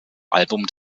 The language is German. album